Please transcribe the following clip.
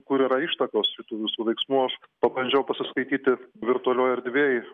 kur yra ištakos tu visų veiksmų aš pabandžiau pasiskaityti virtualioj erdvėj